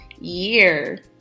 year